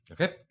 okay